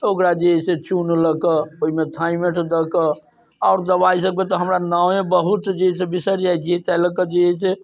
ओकरा जे है से चून लऽके ओइमे थाइमेट दऽ कऽ आओर दबाइ सबके तऽ हमरा नामे बहुत जे है से बिसरि जाइ छियै ताहि लऽ कऽ जे है से